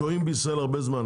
שוהים בישראל הרבה זמן,